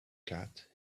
cat